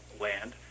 land